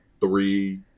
three